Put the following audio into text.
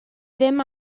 ddim